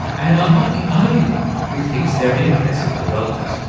and i'm not the only one who thinks they're an impressive development.